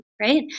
right